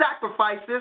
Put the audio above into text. sacrifices